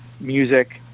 music